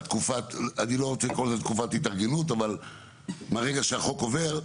אני לא רוצה לקרוא לתקופה תקופת התארגנות אבל התקופה מהרגע שהחוק עובר.